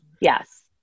Yes